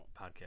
Podcast